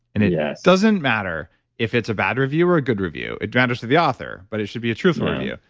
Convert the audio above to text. and it yeah doesn't matter if it's a bad review or a good review, it matters to the author, but it should be a truthful review.